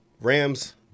Rams